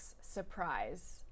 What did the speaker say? surprise